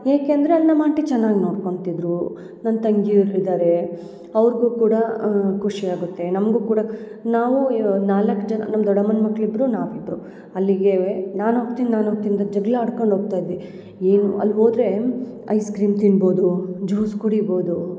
ಏಕೆಂದರೆ ಅಲ್ಲಿ ನಮ್ಮ ಆಂಟಿ ಚೆನ್ನಾಗಿ ನೋಡ್ಕೊಳ್ತಿದ್ರು ನನ್ನ ತಂಗೀರು ಇದ್ದಾರೆ ಅವ್ರಿಗೂ ಕೂಡ ಖುಷಿಯಾಗುತ್ತೆ ನಮ್ಗೂ ಕೂಡ ನಾವು ನಾಲ್ಕು ಜನ ನಮ್ಮ ದೊಡ್ಡಮ್ಮನ ಮಕ್ಳು ಇಬ್ಬರು ನಾವಿಬ್ಬರು ಅಲ್ಲಿಗೇ ನಾನು ಹೋಗ್ತಿನ್ ನಾನು ಹೋಗ್ತಿನ್ ಅಂತ ಜಗಳ ಆಡ್ಕಂಡು ಹೋಗ್ತ ಇದ್ವಿ ಏನು ಅಲ್ಲಿ ಹೋದರೆ ಐಸ್ಕ್ರೀಮ್ ತಿನ್ಬೋದು ಜ್ಯೂಸ್ ಕುಡಿಯಬೋದು